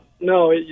no